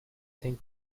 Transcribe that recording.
think